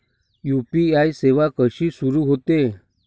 UPI सेवा कशी सुरू होते?